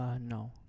No